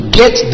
get